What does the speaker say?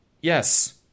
Yes